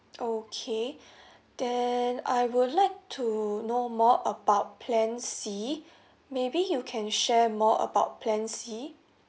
okay then I would like to know more about plan C maybe you can share more about plan C